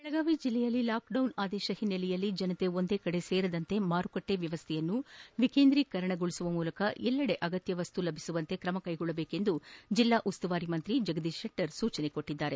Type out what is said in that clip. ಬೆಳಗಾವಿ ಜಿಲ್ಲೆಯಲ್ಲಿ ಲಾಕ್ಡೌನ್ ಆದೇಶ ಹಿನ್ನೆಲೆಯಲ್ಲಿ ಜನರು ಒಂದೇ ಕಡೆ ಸೇರದಂತೆ ಮಾರುಕಟ್ಟೆ ವ್ಯವಸ್ಥೆಯನ್ನು ವಿಕೇಂದ್ರೀಕರಣಗೊಳಿಸುವ ಮೂಲಕ ಎಲ್ಲೆಡೆ ಅಗತ್ಯ ವಸ್ತುಗಳು ಲಭಿಸುವಂತೆ ಕ್ರಮ ಕೈಗೊಳ್ಳಬೇಕೆಂದು ಜಿಲ್ಲಾ ಉಸ್ತುವಾರಿ ಸಚಿವ ಜಗದೀಶ್ ಶೆಟ್ಟರ್ ಸೂಚಿಸಿದ್ದಾರೆ